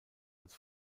als